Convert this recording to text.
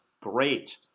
great